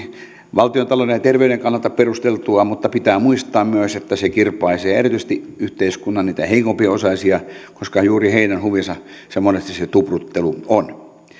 valtiontalouden ja terveyden kannalta perusteltua mutta pitää muistaa myös että se kirpaisee erityisesti niitä yhteiskunnan heikompiosaisia koska juuri heidän huvinsa monesti se tupruttelu on